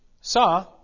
saw